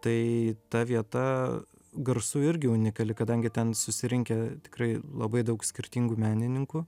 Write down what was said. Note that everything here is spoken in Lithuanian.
tai ta vieta garsu irgi unikali kadangi ten susirinkę tikrai labai daug skirtingų menininkų